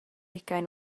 hugain